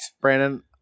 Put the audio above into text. Brandon